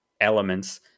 elements